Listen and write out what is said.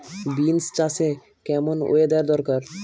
Beans চাষে কেমন weather দরকার?